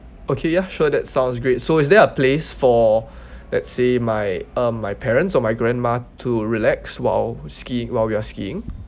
okay ya sure that sounds great so is there a place for let's say my uh my parents or my grandma to relax while ski while we are skiing